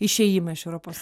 išėjimą iš europos